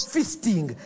Fisting